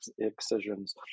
excisions